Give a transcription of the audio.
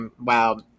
wow